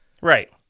Right